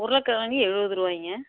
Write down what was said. உருளைக் கிழங்கு எழுபது ரூபாய்ங்க